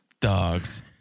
Dogs